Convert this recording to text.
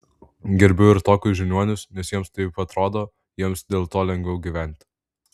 gerbiu ir tokius žiniuonius nes jiems taip atrodo jiems dėl to lengviau gyventi